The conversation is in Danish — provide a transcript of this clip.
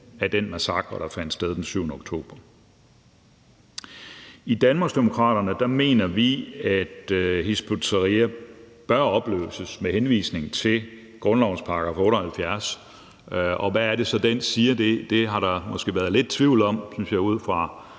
af den massakre, der fandt sted den 7. oktober. I Danmarksdemokraterne mener vi, at Hizb ut-Tahrir bør opløses med henvisning til grundlovens § 78, og hvad er det så, den siger? Det har der måske været lidt tvivl om, synes jeg, ud fra